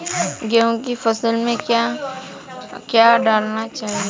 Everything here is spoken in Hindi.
गेहूँ की फसल में क्या क्या डालना चाहिए?